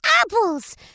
apples